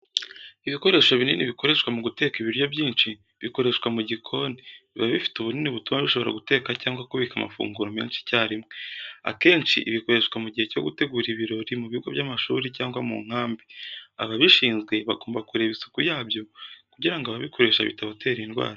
Ibikoresho binini bikoreshwa mu guteka ibiryo byinshi, bikoreshwa mu gikoni, biba bifite ubunini butuma bishobora guteka cyangwa kubika amafunguro menshi icyarimwe. Akenshi bikoreshwa mu gihe cyo gutegura ibirori, mu bigo by’amashuri cyangwa mu nkambi. Ababishinzwe bagomba kureba isuku yabyo kugira ngo ababikoresha bitabatera indwara.